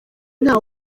nta